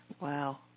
Wow